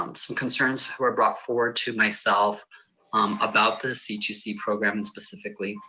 um some concerns were brought forward to myself um about the c two c program specifically.